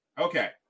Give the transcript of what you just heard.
Okay